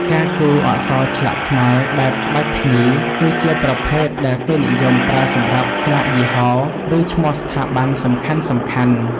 ការគូរ អក្សរឆ្លាក់ខ្មែរ បែបក្បាច់ភ្ញី គឺជាប្រភេទដែលគេនិយមប្រើសម្រាប់ស្លាកយីហោ ឬឈ្មោះស្ថាប័នសំខាន់ៗ។